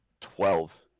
Twelve